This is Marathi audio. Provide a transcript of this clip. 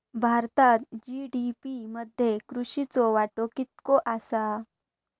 भारतात जी.डी.पी मध्ये कृषीचो वाटो कितको आसा?